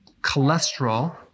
cholesterol